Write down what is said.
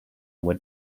were